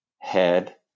head